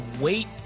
wait